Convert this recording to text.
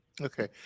Okay